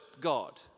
God